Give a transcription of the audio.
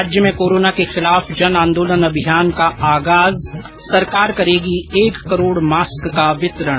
राज्य में कोरोना के खिलाफ जन आन्दोलन अभियान का आगाज सरकार करेगी एक करोड़ मास्क का वितरण